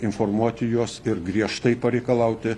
informuoti juos ir griežtai pareikalauti